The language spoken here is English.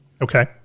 Okay